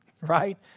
Right